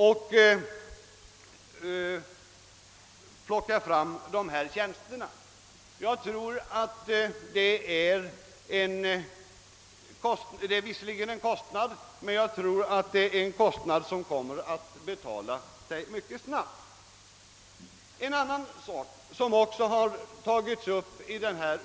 Tillsättandet av dessa tjänster medför visserligen en kostnad, men jag tror att denna kommer att betala sig mycket snabbt. En annan fråga som tagits upp i